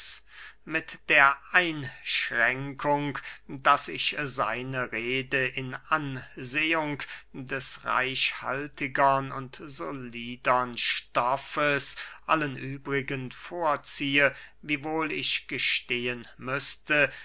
mit der einschränkung daß ich seine rede in ansehung des reichhaltigern und solidern stoffes allen übrigen vorziehe wiewohl ich gestehen müßte